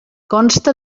consta